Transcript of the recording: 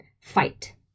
fight